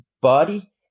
body